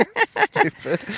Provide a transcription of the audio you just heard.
Stupid